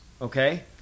okay